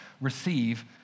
receive